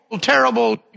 terrible